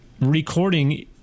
recording